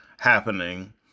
Happening